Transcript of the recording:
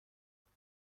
درست